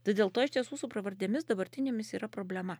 tai dėl to iš tiesų su pravardėmis dabartinėmis yra problema